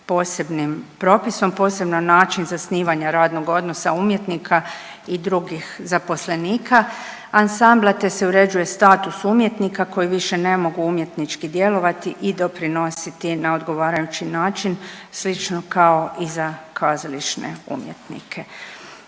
posebnim propisom, posebno način zasnivanja radnog odnosa umjetnika i drugih zaposlenika ansambla, te se uređuje status umjetnika koji više ne mogu umjetnički djelovati i doprinositi na odgovarajući način, slično kao i za kazališne umjetnike.